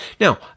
Now